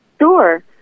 Sure